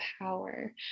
power